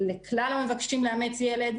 לכלל המבקשים לאמץ ילד,